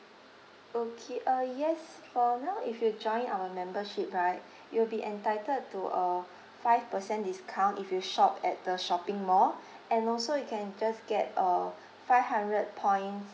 okay uh yes for now if you join our membership right you'll be entitled to a five percent discount if you shop at the shopping mall and also you can just get uh five hundred points